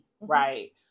right